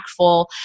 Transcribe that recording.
impactful